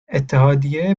اتحادیه